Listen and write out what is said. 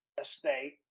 estate